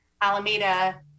Alameda